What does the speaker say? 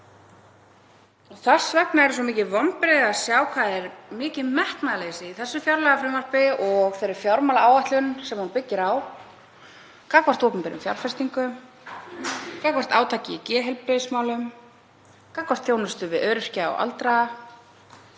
Þess vegna eru svo mikil vonbrigði að sjá hvað er mikið metnaðarleysi í þessu fjárlagafrumvarpi og þeirri fjármálaáætlun sem hún byggist á gagnvart opinberum fjárfestingum, gagnvart átaki í geðheilbrigðismálum, gagnvart þjónustu við öryrkja og aldraða,